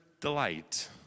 delight